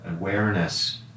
awareness